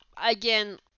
again